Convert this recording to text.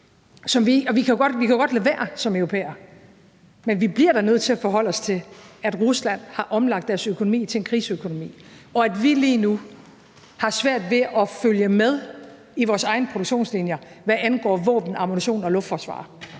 vi jo godt lade være, men vi bliver da nødt til at forholde os til, at Rusland har omlagt deres økonomi til en krigsøkonomi, og at vi lige nu har svært ved at følge med i vores egne produktionslinjer, hvad angår våben, ammunition og luftforsvar.